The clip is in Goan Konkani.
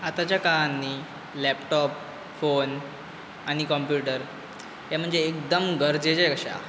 आतांच्या काळान न्ही लॅपटॉप फोन आनी कंम्प्युटर हे म्हणजे एकदम गरजेचे कशें हा